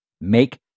make